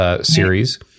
series